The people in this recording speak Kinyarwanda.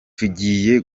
tugiye